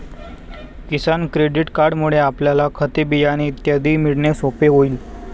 किसान credit कार्डमुळे आपल्याला खते, बियाणे इत्यादी मिळणे सोपे होईल